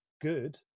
good